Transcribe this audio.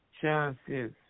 chances